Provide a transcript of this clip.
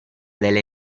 delle